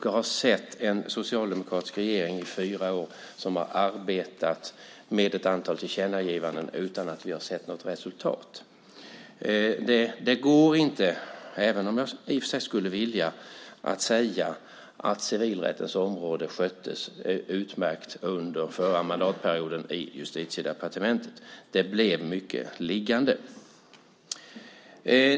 Jag har sett en socialdemokratisk regering i fyra år som har arbetat med ett antal tillkännagivanden utan att vi har sett något resultat. Det går inte, även om jag i och för sig skulle vilja, att säga att civilrättens område sköttes utmärkt under förra mandatperioden i Justitiedepartementet. Det blev mycket liggande.